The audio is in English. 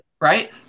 right